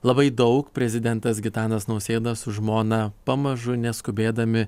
labai daug prezidentas gitanas nausėda su žmona pamažu neskubėdami